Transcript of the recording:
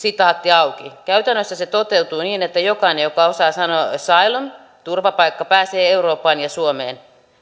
käytännössä se toteutuu niin että jokainen joka osaa sanoa sanan asylum turvapaikka pääsee eurooppaan ja suomeen